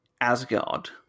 Asgard